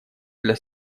для